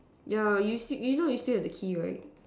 yeah you see you know you still have the key right